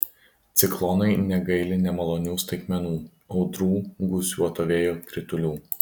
ciklonai negaili nemalonių staigmenų audrų gūsiuoto vėjo kritulių